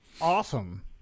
Awesome